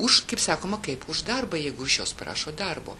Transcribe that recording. už kaip sakoma kaip už darbą jeigu iš jos prašo darbo